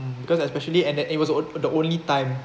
because especially and then it was the on~ the only time